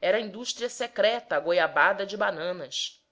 era indústria secreta a goiabada de bananas